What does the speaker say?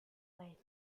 they